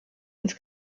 ins